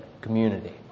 community